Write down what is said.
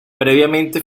previamente